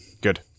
Good